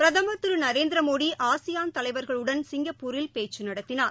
பிரதமர் திருநரேந்திரமோடிஆசியான் தலைவர்களுடன் சிங்கப்பூரில் பேச்சுநடத்தினார்